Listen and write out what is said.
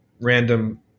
random